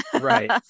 right